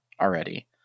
already